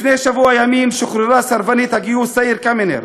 לפני שבוע ימים שוחררה סרבנית הגיוס תאיר קמינר,